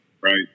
right